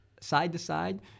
side-to-side